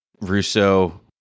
Russo